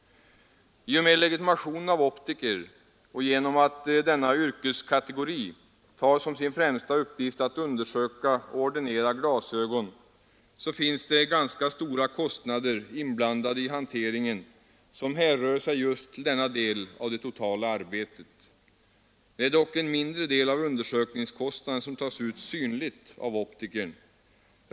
I och med legitimationen av optiker och genom att denna yrkeskategori tar som sin främsta uppgift att undersöka och ordinera glasögon finns det ganska stora kostnader inblandade i hanteringen, vilka hänför sig just till denna del av det totala arbetet. Det är dock en mindre del av undersökningskostnaden som tas ut synligt av optikern.